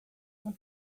não